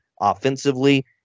offensively